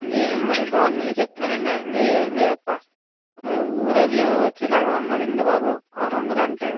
అండి ఏం మరీ దారుణంగా చెప్తున్నారండి ఏకంగా ఏ వేరే పక్క ఊరెళ్ళి వచ్చేలాగా ఉందండి బాబు ఆరు వందలు అంటే